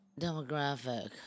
demographic